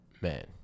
Man